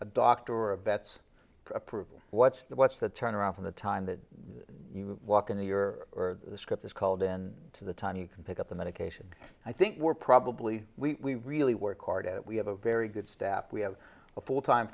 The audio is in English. doctor or a vet's approval what's the what's the turnaround from the time that you walk in to your or the script is called in to the time you can pick up the medication i think we're probably we really work hard at it we have a very good staff we have a full time